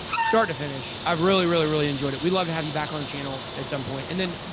start to finish, i've really, really, really enjoyed it. we'd love to have you back on the channel at some point. and then,